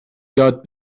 یاد